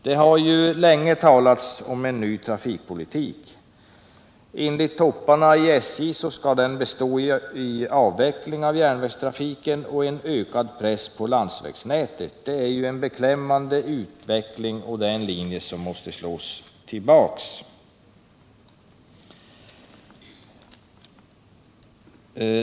Det har ju länge talats om en ny trafikpolitik. Enligt topparna i SJ skall den bestå i avveckling av järnvägstrafiken och ökad press på landsvägsnätet. Det är ju en beklämmande utveckling, och det är en linje som måste avvisas.